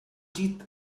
did